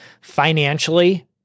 financially